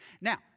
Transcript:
Now